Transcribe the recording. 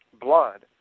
blood